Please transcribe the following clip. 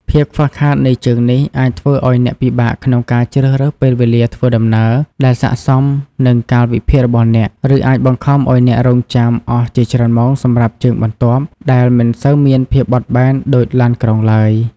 ភាពខ្វះខាតនៃជើងនេះ អាចធ្វើឱ្យអ្នកពិបាកក្នុងការជ្រើសរើសពេលវេលាធ្វើដំណើរ ដែលស័ក្តិសមនឹងកាលវិភាគរបស់អ្នក ឬអាចបង្ខំឱ្យអ្នករង់ចាំអស់ជាច្រើនម៉ោងសម្រាប់ជើងបន្ទាប់ ដែលមិនសូវមានភាពបត់បែនដូចឡានក្រុងឡើយ។